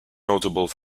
notable